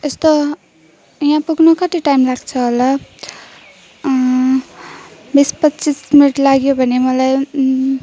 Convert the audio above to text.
यस्तो यहाँ पुग्नु कति टाइम लाग्छ होला बिस पच्चिस मिनट लाग्यो भने मलाई